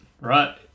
right